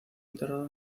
enterrado